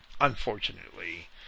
Unfortunately